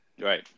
Right